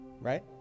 Right